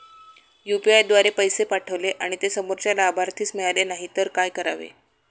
UPI द्वारे पैसे पाठवले आणि ते समोरच्या लाभार्थीस मिळाले नाही तर काय करावे?